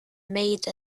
made